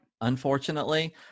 Unfortunately